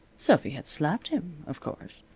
sophy had slapped him, of course.